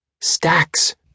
Stacks